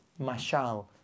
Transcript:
mashal